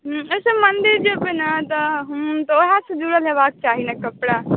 अच्छा मंदिर जेबै ने तऽ ओहि सॅं जुड़ल होयबाक चाही ने कपड़ा